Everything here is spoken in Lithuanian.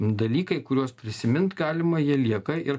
dalykai kuriuos prisimint galima jie lieka ir